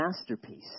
masterpiece